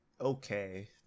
okay